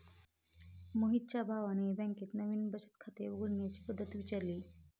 मोहितच्या भावाने बँकेत नवीन बचत खाते उघडण्याची पद्धत विचारली